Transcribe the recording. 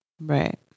Right